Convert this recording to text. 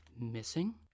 missing